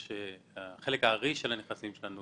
שהחלק הארי של הנכסים שלנו,